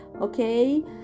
Okay